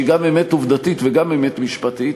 שהיא גם אמת עובדתית וגם אמת משפטית,